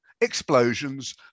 explosions